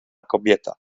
kobieta